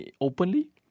openly